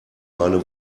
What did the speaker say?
meine